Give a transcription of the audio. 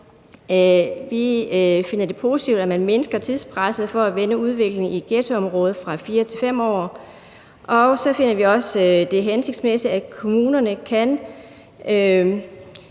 Vi finder det positivt, at man mindsker tidspresset for at vende udviklingen i ghettoområder fra 4 til 5 år, og så finder vi det også hensigtsmæssigt, at kommunerne kan